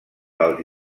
dels